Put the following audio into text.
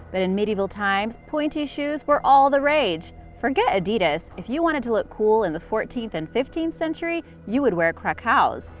but in medieval times pointy shoes were all the rage! forget adidas, if you wanted to look cool in the fourteenth and fifteenth century, you would wear crakows,